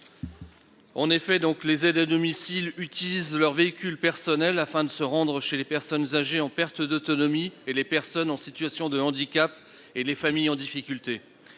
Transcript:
En effet, les aides à domicile utilisent leur véhicule personnel afin de se rendre chez les personnes âgées en perte d'autonomie, les personnes en situation de handicap ou les familles en difficulté.